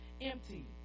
Empty